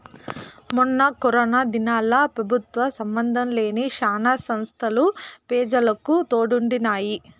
మొన్న కరోనా దినాల్ల పెబుత్వ సంబందం లేని శానా సంస్తలు పెజలకు తోడుండినాయి